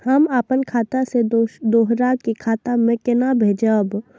हम आपन खाता से दोहरा के खाता में केना भेजब?